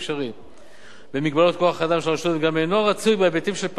במגבלות כוח-האדם של הרשות וגם אינו רצוי בהיבטים של פשטות ואחידות המס.